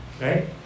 Right